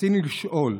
רצוני לשאול: